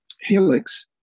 helix